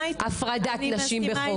הפרדת נשים בחוק.